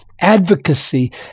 advocacy